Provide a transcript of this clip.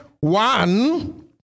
one